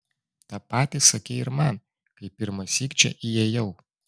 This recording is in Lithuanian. tą patį sakei ir man kai pirmąsyk čia įėjau